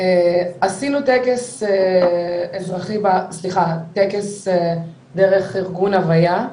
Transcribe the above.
עשינו טקס בארץ, דרך ארגון "הויה",